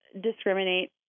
discriminate